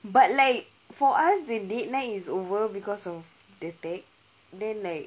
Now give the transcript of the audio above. but like for us the date night is over because of the bed then like